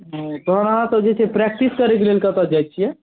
तऽ अहाँसब जे छै से प्रैक्टिस करैके लेल कतऽ जाइ छिए